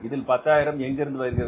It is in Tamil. இதில் 10000 எங்கிருந்து வருகிறது